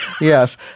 Yes